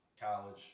college